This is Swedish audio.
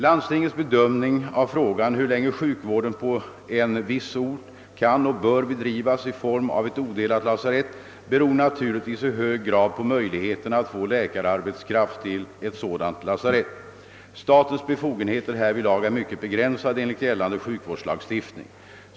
Landstingets bedömning av frågan hur länge sjukvården på en viss ort kan och bör bedrivas i form av ett odelat lasarett beror naturligtvis i hög grad på möjligheterna att få läkararbetskraft till ett sådant lasarett. Statens befogenheter härvidlag är mycket begränsade enligt gällande sjukvårdslagstiftning.